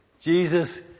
Jesus